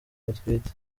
atwite